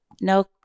No